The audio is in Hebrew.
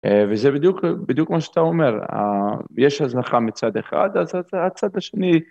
וזה בדיוק, בדיוק מה שאתה אומר, יש הזנחה מצד אחד, אז הצד השני...